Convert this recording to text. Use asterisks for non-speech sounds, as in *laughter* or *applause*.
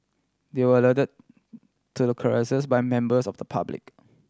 they were *unintelligible* to the carcasses by members of the public